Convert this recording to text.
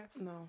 No